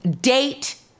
date